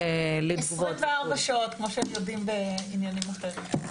24 שעות כמו שהם יודעים בעניינים אחרים.